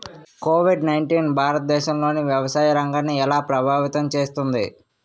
Covid nineteen భారతదేశంలోని వ్యవసాయ రంగాన్ని ఎలా ప్రభావితం చేస్తుంది?